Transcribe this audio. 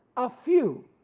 a few,